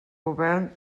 govern